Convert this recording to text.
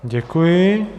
Děkuji.